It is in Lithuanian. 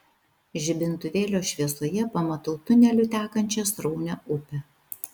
žibintuvėlio šviesoje pamatau tuneliu tekančią sraunią upę